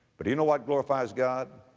but do you know what glorifies god?